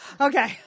Okay